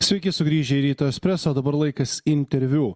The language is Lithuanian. sveiki sugrįžę į ryto espresso o dabar laikas interviu